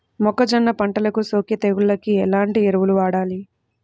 మొక్కజొన్న పంటలకు సోకే తెగుళ్లకు ఎలాంటి ఎరువులు వాడాలి?